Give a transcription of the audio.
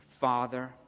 father